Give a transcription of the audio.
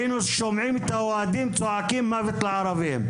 היינו שומעים את האוהדים צועקים מוות לערבים.